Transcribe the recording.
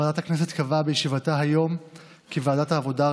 ועדת הכנסת קבעה בישיבתה היום כי ועדת העבודה,